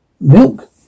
milk